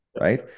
Right